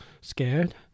scared